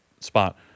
spot